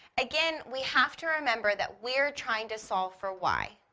again, we have to remember that we're trying to solve for y,